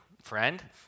Friend